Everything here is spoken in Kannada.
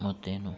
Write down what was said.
ಮತ್ತೇನು